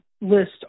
list